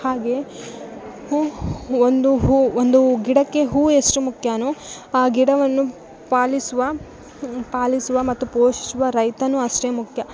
ಹಾಗೆ ಹೂವು ಒಂದು ಹೂವು ಒಂದು ಗಿಡಕ್ಕೆ ಹೂವು ಎಷ್ಟು ಮುಖ್ಯಾನೊ ಆ ಗಿಡವನ್ನು ಪಾಲಿಸುವ ಪಾಲಿಸುವ ಮತ್ತು ಪೋಷಿಸ್ವ ರೈತ ಅಷ್ಟೇ ಮುಖ್ಯ